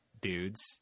dudes